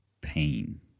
pain